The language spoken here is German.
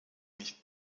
nicht